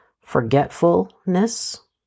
forgetfulness